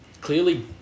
clearly